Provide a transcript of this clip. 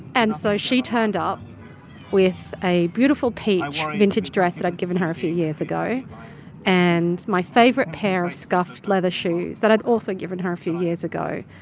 and so she turned up with a beautiful peach vintage dress that i'd given her a few years ago and my favorite pair of scuffed leather shoes that i'd also given her a few years ago.